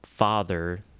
father